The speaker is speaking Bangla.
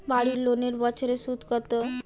বাড়ি লোনের বছরে সুদ কত?